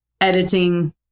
editing